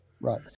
Right